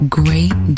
great